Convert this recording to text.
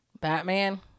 Batman